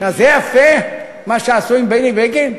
זה יפה מה שעשו עם בני בגין?